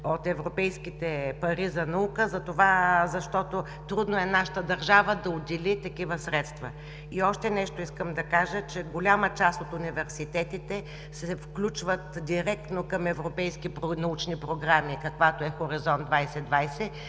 от европейските пари за наука, защото е трудно нашата държава да отдели такива средства. Още нещо искам да кажа: голяма част от университетите се включват директно към европейски научни програми, каквато е „Хоризонт 2020“.